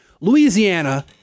Louisiana